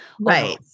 Right